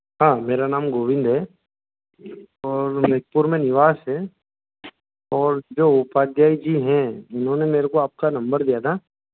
हाँ मेरा नाम गोविन्द है और महकपुर में निवास है और जो उपाध्याय जी हैं जिन्होंने मेरे को आपका नंबर दिया था